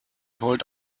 told